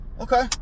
Okay